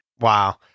Wow